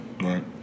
right